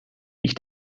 ich